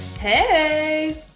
Hey